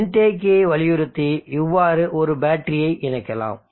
மின்தேக்கியை வலியுறுத்தி இவ்வாறு ஒரு பேட்டரியை இணைக்கலாம்